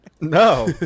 No